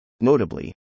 Notably